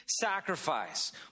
sacrifice